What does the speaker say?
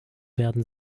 werden